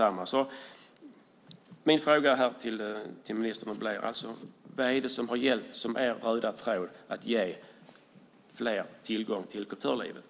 Vad är det som har gällt som er röda tråd när det gäller att ge fler tillgång till kulturlivet?